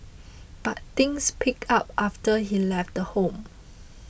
but things picked up after he left home